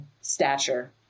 stature